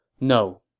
No